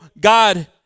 God